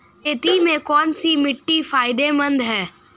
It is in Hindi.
खेती में कौनसी मिट्टी फायदेमंद है?